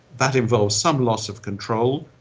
that involves some loss of control,